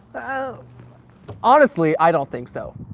ah honestly, i don't think so.